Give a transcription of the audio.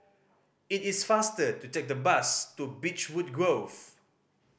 it is faster to take the bus to Beechwood Grove